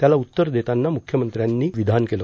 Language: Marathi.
त्याला उत्तर देताना मुख्यमंत्र्यांनी वरील विधान केलं